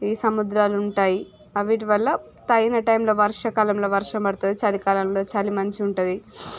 ఈ సముద్రాలు ఉంటాయి అవ్విటి వల్ల తగిన టైమ్లో వర్షకాలంలో వర్షం పడుతుంది చలి కాలంలో చలి మంచిగుంటుంది